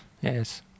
Yes